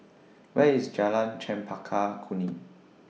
Where IS Jalan Chempaka Kuning